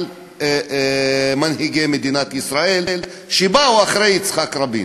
על מנהיגי מדינת ישראל שבאו אחרי יצחק רבין.